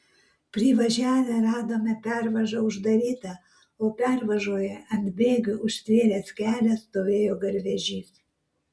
privažiavę radome pervažą uždarytą o pervažoje ant bėgių užtvėręs kelią stovėjo garvežys